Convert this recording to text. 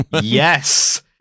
Yes